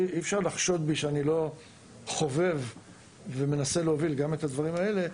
אי-אפשר לחשוד בי שאני לא חובב ומנסה להוביל גם את הדברים האלה,